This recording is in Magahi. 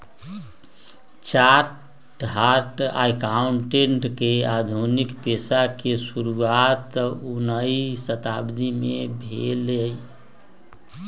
चार्टर्ड अकाउंटेंट के आधुनिक पेशा के शुरुआत उनइ शताब्दी में भेलइ